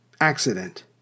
accident